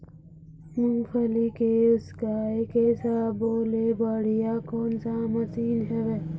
मूंगफली के उसकाय के सब्बो ले बढ़िया कोन सा मशीन हेवय?